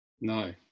No